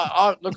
look